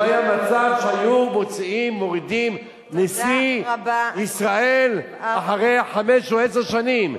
לא היה מצב שהיו מורידים נשיא ישראל אחרי חמש או עשר שנים.